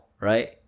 right